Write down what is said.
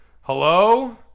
Hello